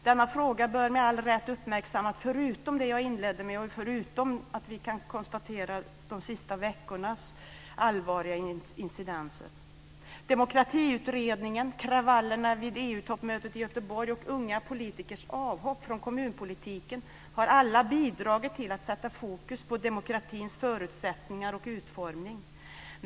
Denna fråga bör vi med all rätt uppmärksamma, förutom det jag inledde mitt anförande med och förutom att vi kan konstatera de allvarliga incidenterna de senaste veckorna. toppmötet i Göteborg och unga politikers avhopp från kommunpolitiken har alla bidragit till att sätta fokus på demokratins förutsättningar och utformning.